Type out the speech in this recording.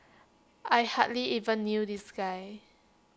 I hardly even knew this guy